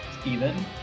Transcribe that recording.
Steven